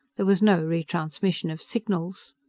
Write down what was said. there was no re-transmission of signals.